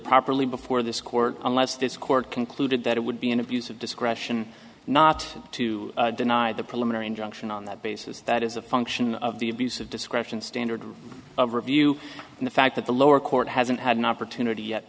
properly before this court unless this court concluded that it would be an abuse of discretion not to deny the preliminary injunction on that basis that is a function of the abuse of discretion standard of review and the fact that the lower court hasn't had an opportunity yet